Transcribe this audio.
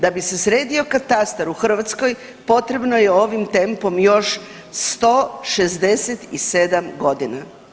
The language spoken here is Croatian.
Da bi se sredio katastar u Hrvatskoj potrebno je ovim tempom još 167 godina.